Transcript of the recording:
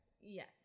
yes